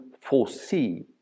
foresee